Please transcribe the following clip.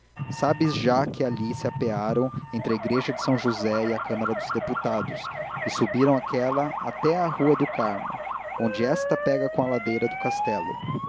sabes já que ali se apearam entre a igreja de são josé e a câmara dos deputados e subiram aquela até à rua do carmo onde esta pega com a ladeira do castelo